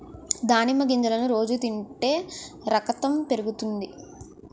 దానిమ్మ గింజలను రోజు తింటే రకతం పెరుగుతాది